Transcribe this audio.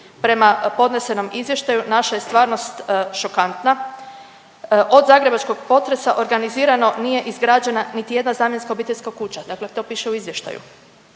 Prema podnesenom izvještaju naša je stvarnost šokantna. Od zagrebačkog potresa organizirano nije izgrađena niti jedna zamjenska obiteljska kuća, dakle to piše u izvještaju,